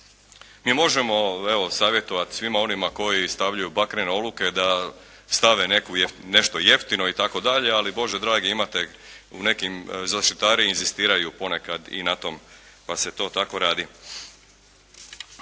Mi možemo evo savjetovati svima onima koji stavljaju bakrene oluke da stave nešto jeftino itd. Ali Bože dragi imate u nekim, zaštitari inzistiraju ponekad i na tom, pa se to tako radi.